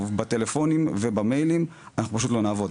בטלפונים ובמיילים אנחנו פשוט לא נעבוד,